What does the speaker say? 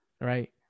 right